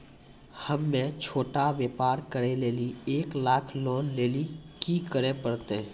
हम्मय छोटा व्यापार करे लेली एक लाख लोन लेली की करे परतै?